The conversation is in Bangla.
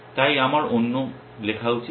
তাই আমার অন্য লেখা উচিত